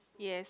yes